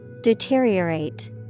deteriorate